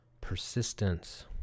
persistence